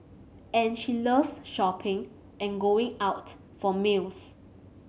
and she loves shopping and going out for meals